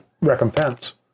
recompense